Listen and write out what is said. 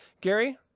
Gary